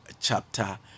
chapter